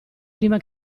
prima